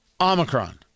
Omicron